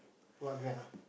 what brand ah